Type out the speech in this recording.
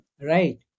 Right